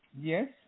Yes